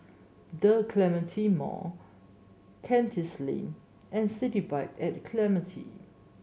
The Clementi Mall Kandis Lane and City Vibe at Clementi